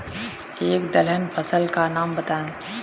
एक दलहन फसल का नाम बताइये